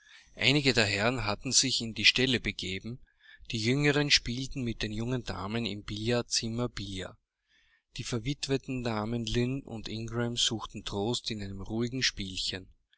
einige der herren hatten sich in die ställe begeben die jüngeren spielten mit den jungen damen im billardzimmer billard die verwitweten damen lynn und ingram suchten trost in einem ruhigen spielchen